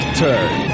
turn